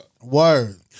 Word